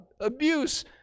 abuse